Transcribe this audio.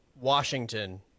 Washington